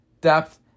depth